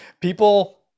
People